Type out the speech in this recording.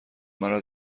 مرا